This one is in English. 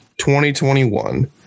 2021